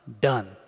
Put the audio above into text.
done